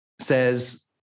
says